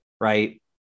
right